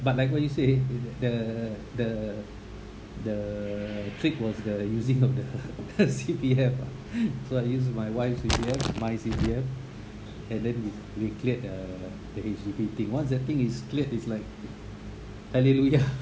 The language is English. but like what you say the the the trick was the using of the the C_P_F so I use my wife's C_P_F my C_P_F and then we we cleared the the H_D_B thing once that thing is cleared is like hallelujah